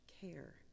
care